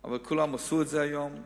אבל כולם עשו את זה עד היום.